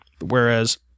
whereas